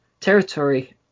Territory